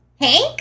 Hank